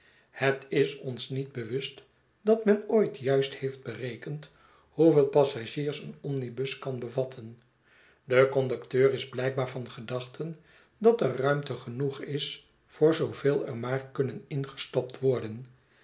het is ons niet bewust dat men ooit juist heeft berekend hoeveel passagiers een omnibus kan bevatten de conducteur is blijkbaar van gedachten dat er ruimte genoeg is voor zooveel er maar kunnen ingestopt worden